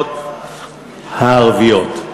המקומיות הערביות.